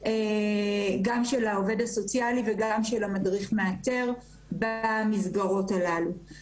גם של העובד הסוציאלי וגם של המדריך המאתר במסגרות הללו.